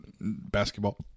basketball